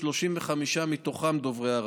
35 מתוכם דוברי ערבית,